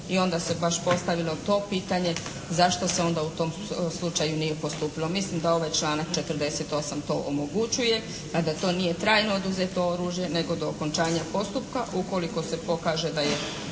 I onda se baš postavilo to pitanje zašto se onda u tom slučaju nije postupilo. Mislim da ovaj članak 48. to omogućuje. A da to nije trajno oduzeto oružje nego do okončanja postupka. Ukoliko se pokaže da su